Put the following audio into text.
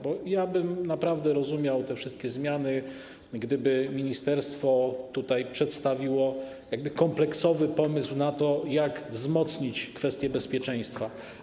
Bo ja bym naprawdę rozumiał te wszystkie zmiany, gdyby ministerstwo przedstawiło tutaj kompleksowy pomysł, plan na to, jak wzmocnić kwestie bezpieczeństwa.